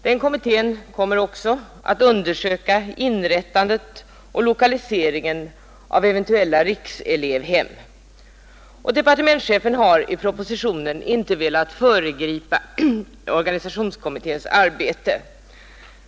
Den kommittén kommer också att undersöka inrättandet och lokaliseringen av eventuella rikselevhem, och departementschefen har i propositionen inte velat föregripa organisationskommitténs arbete.